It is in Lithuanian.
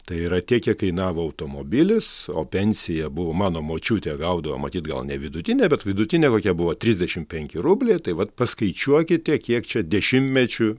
tai yra tiek kiek kainavo automobilis o pensija buvo mano močiutė gaudavo matyt gal ne vidutinę bet vidutinė kokie buvo trisdešimt penki rubliai tai vat paskaičiuokite kiek čia dešimtmečių